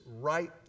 right